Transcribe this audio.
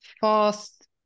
fast